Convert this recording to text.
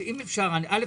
א',